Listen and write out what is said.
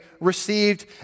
received